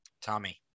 Tommy